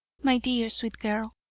my dear sweet girl,